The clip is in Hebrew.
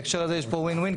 בהקשר הזה יש פה ווין ווין,